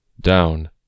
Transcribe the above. Down